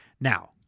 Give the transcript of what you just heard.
Now-